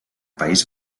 país